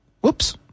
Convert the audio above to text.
whoops